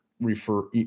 refer